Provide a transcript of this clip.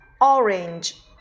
orange